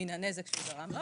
מן הנזק שהוא גרם לו